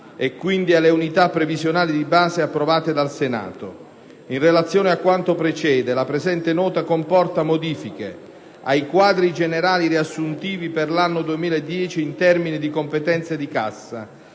e, quindi, alle unità previsionali di base approvate dal Senato. In relazione a quanto precede, la presente Nota comporta modifiche ai quadri generali riassuntivi per l'anno 2010 in termini di competenza e di cassa;